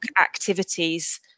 activities